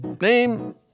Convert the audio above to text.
Name